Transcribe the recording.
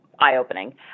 Eye-opening